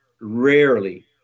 rarely